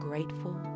Grateful